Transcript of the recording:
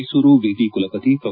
ಮೈಸೂರು ವಿವಿ ಕುಲಪತಿ ಪ್ರೊ